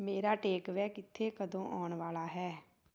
ਮੇਰਾ takeaway ਕਿੱਥੇ ਕਦੋਂ ਆਉਣ ਵਾਲਾ ਹੈ